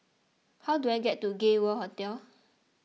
how do I get to Gay World Hotel